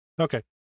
okay